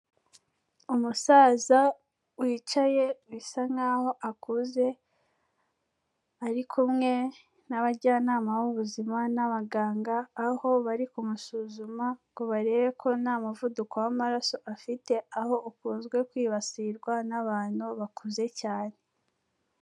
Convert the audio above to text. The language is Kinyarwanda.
Umusaza wicaye bisa nkaho akuze, ari kumwe n'abajyanama b'ubuzima n'abaganga, aho bari kumusuzuma ngo barebe ko nta muvuduko w'amaraso afite, aho ukuzwe kwibasirwa n'abantu bakuze cyane.